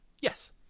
Yes